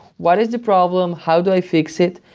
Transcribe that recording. what is the problem? how do i fix it?